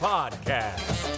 Podcast